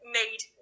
made